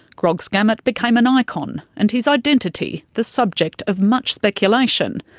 grogs gamut became an icon, and his identity the subject of much speculation,